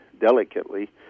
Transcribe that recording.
delicately